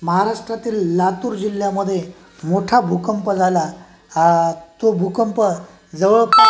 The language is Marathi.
महाराष्ट्रातील ल् लातूर जिल्ह्यामध्ये मोठा भूकंप झाला तो भूकंप जवळ